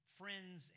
friends